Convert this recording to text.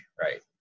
right